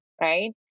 right